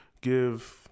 give